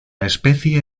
especie